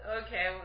okay